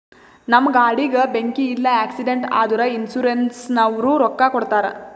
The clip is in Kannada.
ನಮ್ ಗಾಡಿಗ ಬೆಂಕಿ ಇಲ್ಲ ಆಕ್ಸಿಡೆಂಟ್ ಆದುರ ಇನ್ಸೂರೆನ್ಸನವ್ರು ರೊಕ್ಕಾ ಕೊಡ್ತಾರ್